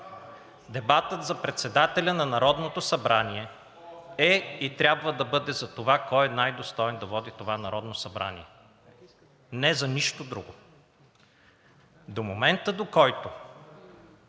Дебатът за председателя на Народното събрание е и трябва да бъде за това кой е най-достоен да води това Народно събрание. Не е за нищо друго. До момента, до който